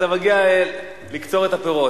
ואתה מגיע לקצור את הפירות.